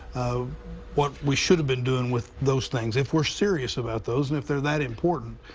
um what we should have been doing with those things, if we're serious about those and if they're that important,